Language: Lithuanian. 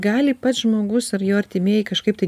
gali pats žmogus ar jo artimieji kažkaip tai